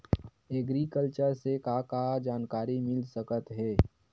Agriculture से का का जानकारी मिल सकत हे?